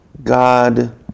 God